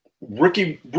Rookie